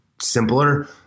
simpler